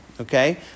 Okay